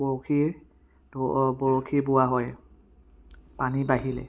বৰশী বৰশী বোৱা হয় পানী বাঢ়িলে